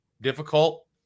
difficult